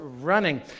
running